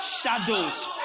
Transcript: shadows